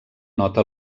nota